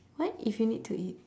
what if you need to eat